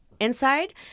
Inside